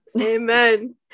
amen